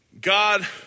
God